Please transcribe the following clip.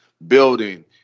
building